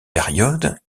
période